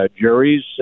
juries